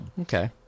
Okay